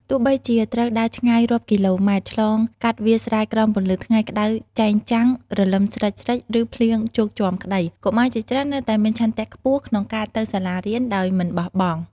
ទោះបីជាត្រូវដើរឆ្ងាយរាប់គីឡូម៉ែត្រ ឆ្លងកាត់វាលស្រែក្រោមពន្លឺថ្ងៃក្តៅចែងចាំង រលឹមស្រិចៗ ឬភ្លៀងជោកជាំក្តី កុមារជាច្រើននៅតែមានឆន្ទៈខ្ពស់ក្នុងការទៅសាលារៀនដោយមិនបោះបង់។